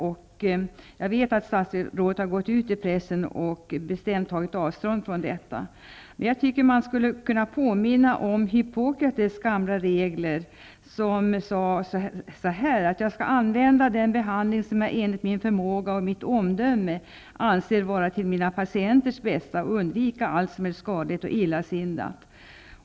Men jag vet att statsrådet har gått ut i pressen och bestämt tagit avstånd från detta. Jag tycker att man bör påminna om Hippokrates gamla regler. Där sägs: Jag skall använda den behandling som jag enligt min förmåga och mitt omdöme anser vara till mina patienters bästa och undvika allt som är skadligt och illasinnat.